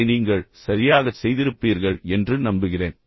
இதை நீங்கள் சரியாகச் செய்திருப்பீர்கள் என்று நம்புகிறேன்